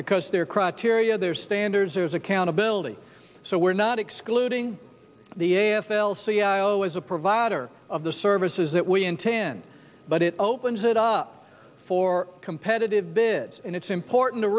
because their criteria their standards there's accountability so we're not excluding the a f l c e o as a provider of the services that we intend but it opens it up for competitive bids and it's important to